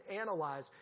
analyze